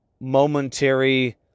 momentary